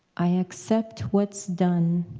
i accept what's done.